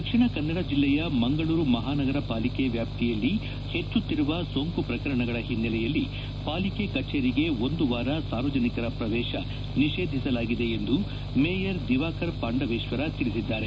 ದಕ್ಷಿಣ ಕನ್ನಡ ಜಿಲ್ಲೆಯ ಮಂಗಳೂರು ಮಹಾನಗರ ಪಾಲಿಕೆ ವ್ಯಾಪ್ತಿಯಲ್ಲಿ ಹೆಚ್ಚುತ್ತಿರುವ ಸೋಂಕು ಪ್ರಕರಣಗಳ ಹಿನ್ನೆಲೆಯಲ್ಲಿ ಪಾಲಿಕೆ ಕಚೇರಿಕೆಗೆ ಒಂದು ವಾರ ಸಾರ್ವಜನಿಕರ ಪ್ರವೇಶ ನಿಷೇಧಿಸಲಾಗಿದೆ ಎಂದು ಮೇಯರ್ ದಿವಾಕರ್ ಪಾಂಡವೇಶ್ವರ ತಿಳಿಸಿದ್ದಾರೆ